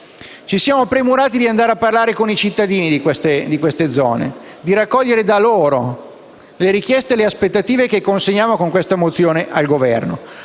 Ci siamo premurati di andare a parlare con i cittadini di queste zone, di raccogliere le loro richieste e le loro aspettative che consegniamo al Governo